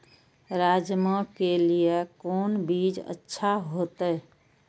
राजमा के लिए कोन बीज अच्छा होते?